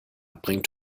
bringt